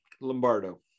Lombardo